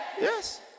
Yes